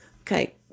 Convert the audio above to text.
okay